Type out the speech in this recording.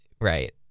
right